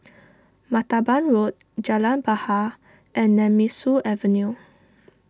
Martaban Road Jalan Bahar and Nemesu Avenue